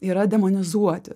yra demonizuoti